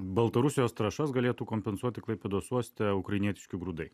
baltarusijos trąšas galėtų kompensuoti klaipėdos uoste ukrainietiški grūdai